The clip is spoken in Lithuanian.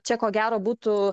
čia ko gero būtų